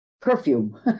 perfume